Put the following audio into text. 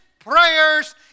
Prayers